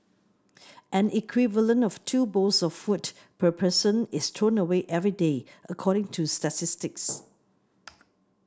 an equivalent of two bowls of food per person is thrown away every day according to statistics